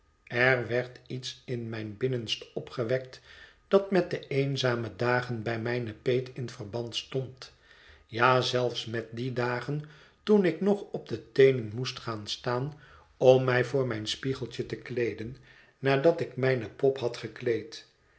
er werd iets in mijn binnenste opgewekt dat met de eenzame dagen bij mijne peetin verband stond ja zelfs met die dagen toen ik nog op de teenen moest gaan staan om mij voor mijn spiegeltje te kleeden nadat ik mijne pop had gekleed